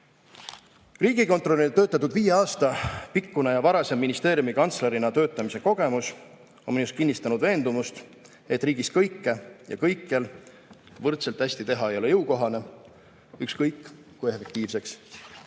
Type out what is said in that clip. Riigikontrolörina töötatud viie aasta pikkune ja varasem ministeeriumi kantslerina töötamise kogemus on minus kinnistanud veendumust, et riigis kõike ja kõikjal võrdselt hästi teha ei ole jõukohane, ükskõik kui efektiivseks